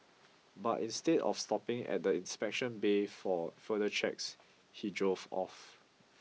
but instead of stopping at the inspection bay for further checks he drove off